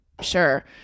sure